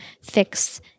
fix